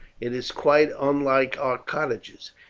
it is quite unlike our cottages.